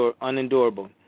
unendurable